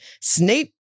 Snape